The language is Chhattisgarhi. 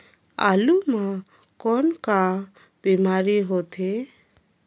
आलू म कौन का बीमारी होथे?